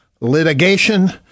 litigation